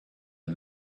and